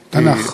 תנ"ך.